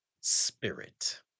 Spirit